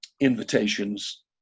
invitations